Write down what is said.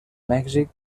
mèxic